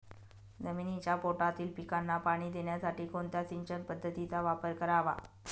जमिनीच्या पोटातील पिकांना पाणी देण्यासाठी कोणत्या सिंचन पद्धतीचा वापर करावा?